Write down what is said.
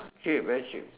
K very cheap